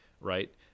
right